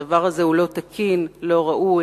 הדבר הזה הוא לא תקין, לא ראוי.